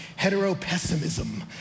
heteropessimism